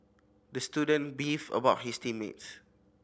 the student beefed about his team mates